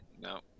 No